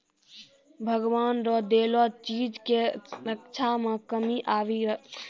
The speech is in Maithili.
भगवान रो देलो चीज के रक्षा मे कमी आबी रहलो छै